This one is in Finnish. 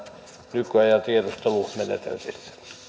nykyajan tiedustelumenetelmille